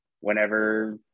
whenever